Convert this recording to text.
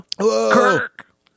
Kirk